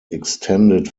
extended